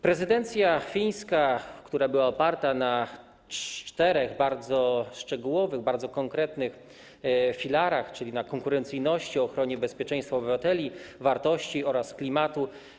Prezydencja fińska oparta była na czterech bardzo szczegółowych, bardzo konkretnych filarach: konkurencyjności, ochronie bezpieczeństwa obywateli, wartości oraz klimatu.